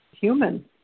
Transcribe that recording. human